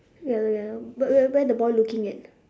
yellow yellow but where where the boy looking at